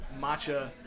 matcha